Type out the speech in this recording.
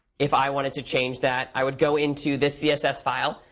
if i wanted to change that, i would go into this css file.